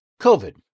COVID